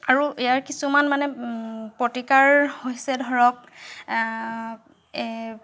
আৰু ইয়াৰ কিছুমান মানে প্ৰতিকাৰ হৈছে ধৰক এ